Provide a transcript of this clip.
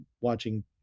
watching